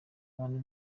abantu